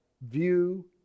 view